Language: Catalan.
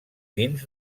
dins